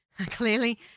clearly